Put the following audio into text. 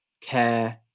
care